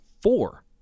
four